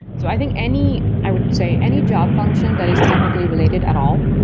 so i think any i would say any job function that is technically related at all,